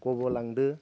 गब'लांदों